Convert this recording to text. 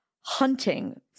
hunting